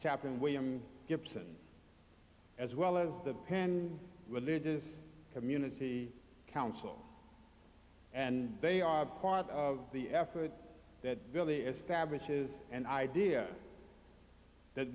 chaplain william gibson as well as the pin religious community council and they are part of the effort that really establishes an idea